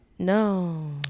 No